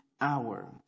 hour